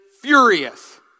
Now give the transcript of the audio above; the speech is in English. furious